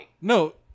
No